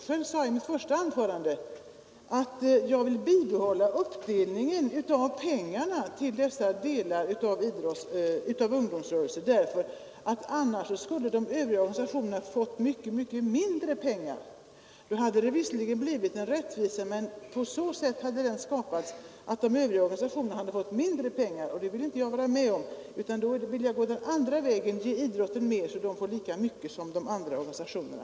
Själv sade jag i mitt första anförande att jag vill bibehålla uppdelningen av anslaget till Nr 56 dessa delar av ungdomsrörelsen därför att de övriga organisationerna Torsdagen den annars skulle ha fått mycket mindre pengar. Då hade det visseligen blivit 29 mars 1973 en rättvisa, men den skulle ha skipats på så sätt att de övriga —— organisationerna hade fått mindre pengar. Det vill inte jag vara med om, Bidrag till Sd k utan då vill jag gå den andra vägen: ge idrottsorganisationerna mer, så att domsorganisatio de får lika mycket som de andra organisationerna.